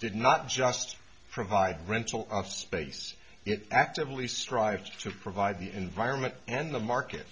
did not just provide rental space it actively strived to provide the environment and the market